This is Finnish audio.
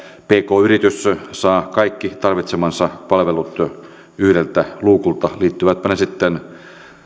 pk yritys saa kaikki tarvitsemansa palvelut yhdeltä luukulta liittyvätpä ne sitten